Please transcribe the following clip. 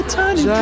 tiny